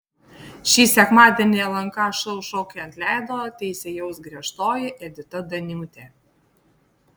šį sekmadienį lnk šou šokiai ant ledo teisėjaus griežtoji edita daniūtė